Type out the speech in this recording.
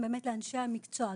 הם באמת לאנשי המקצוע,